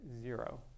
Zero